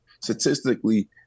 statistically